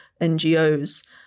NGOs